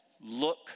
look